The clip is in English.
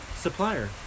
supplier